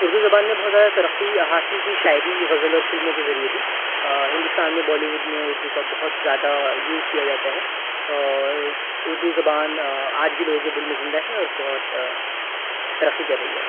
اردو زبان نے بہت زیادہ ترقی حاصل کی شاعری غزل اور فلموں کے ذریعے بھی ہندوستان میں بالیووڈ میں اردو کا بہت زیادہ یوز کیا جاتا ہے اور اردو زبان آج بھی لوگوں کے دل میں زندہ ہے اور بہت ترقی کر رہی ہے